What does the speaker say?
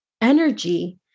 energy